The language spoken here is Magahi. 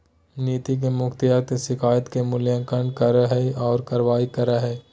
नीति के मुताबिक शिकायत के मूल्यांकन करा हइ और कार्रवाई करा हइ